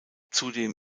zudem